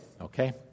okay